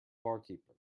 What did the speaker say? barkeeper